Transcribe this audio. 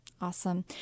Awesome